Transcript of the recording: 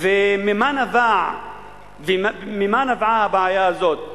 וממה נבעה הבעיה הזאת?